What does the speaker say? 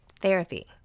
Therapy